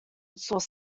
source